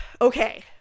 okay